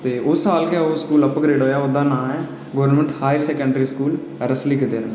ते उस साल गै ओह् स्कूल अपग्रेड होआ हा ते ओह्दा नांऽ हा गवर्नमैंट हायर सकैंडरी स्कूल रसनीक दल